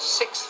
six